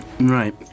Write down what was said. Right